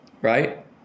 right